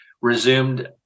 resumed